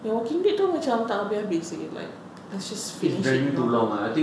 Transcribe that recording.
the walking dead itu macam tak habis-habis seh like let's just finish it you know